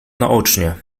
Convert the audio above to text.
naocznie